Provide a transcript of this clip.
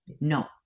no